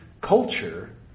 culture